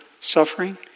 suffering